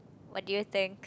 what do you think